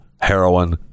heroin